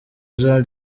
jean